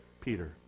Peter